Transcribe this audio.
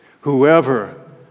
Whoever